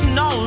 no